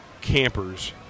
campers